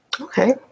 Okay